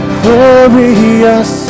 glorious